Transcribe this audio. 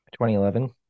2011